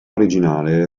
originale